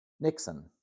Nixon